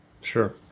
Sure